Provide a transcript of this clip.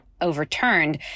overturned